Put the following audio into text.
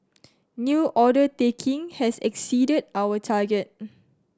new order taking has exceeded our target